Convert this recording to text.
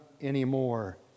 anymore